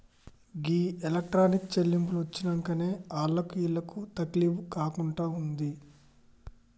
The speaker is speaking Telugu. గీ ఎలక్ట్రానిక్ చెల్లింపులు వచ్చినంకనే ఆళ్లకు ఈళ్లకు తకిలీబ్ గాకుంటయింది